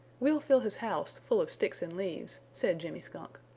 we'll fill his house full of sticks and leaves, said jimmy skunk.